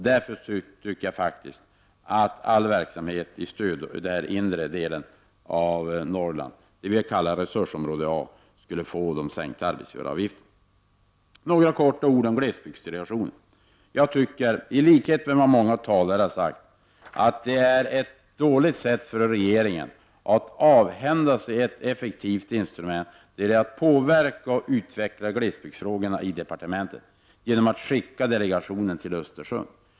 Därför tycker jag faktiskt att all verksamhet i den inre delen av Norrland — resursområde A — kunde omfattas av sänkningen av arbetsgivaravgifterna. Så helt kort några ord om glesbygdsdelegationen. I likhet med vad många talare har sagt tycker också jag att det är dåligt att så att säga skicka delegationen till Östersund. Regeringen avhänder sig härigenom ett effektivt instrument när det gäller att påverka och utveckla glesbygdsfrågorna i departementet.